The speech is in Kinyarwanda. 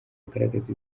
agaragaza